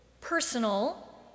personal